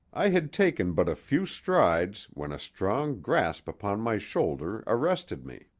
i had taken but a few strides when a strong grasp upon my shoulder arrested me.